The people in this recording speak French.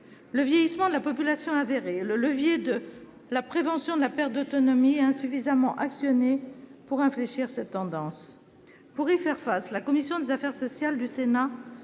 Le vieillissement de la population est avéré ; le levier de la prévention de la perte d'autonomie est insuffisamment actionné pour infléchir cette tendance. Pour y faire face, la commission des affaires sociales du Sénat